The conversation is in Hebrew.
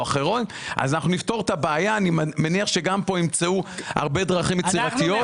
אז אנחנו נפתור את הבעיה; אני מניח שגם פה ימצאו דרכים יצירתיות.